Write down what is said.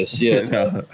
yes